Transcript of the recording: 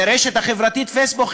לרשת החברתית פייסבוק,